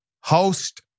host